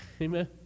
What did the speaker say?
Amen